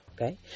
okay